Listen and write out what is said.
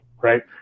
right